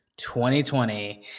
2020